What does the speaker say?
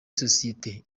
sosiyete